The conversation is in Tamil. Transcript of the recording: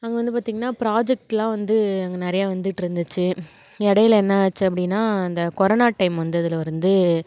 அங்கே வந்து பார்த்தீங்னா ப்ராஜெக்ட்டெலாம் வந்து அங்கே நிறையா வந்துட்டிருந்துச்சி இடையில என்னாச்சு அப்படின்னா இந்த கொரோனா டைம் வந்ததில் இருந்து